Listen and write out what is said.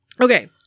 Okay